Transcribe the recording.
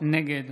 נגד